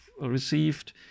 received